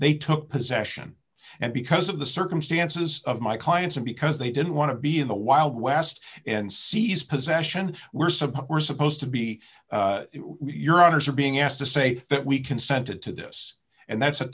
they took possession and because of the circumstances of my clients and because they didn't want to be in the wild west and seize possession were support supposed to be your honour's are being asked to say that we consented to this and that's a